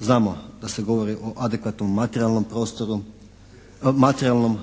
Znamo da se govori o adekvatnom materijalnom prostoru, materijalnim,